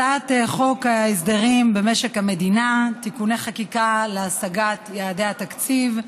הצעת חוק ההסדרים במשק המדינה (תיקוני חקיקה להשגת יעדי התקציב)